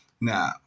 Now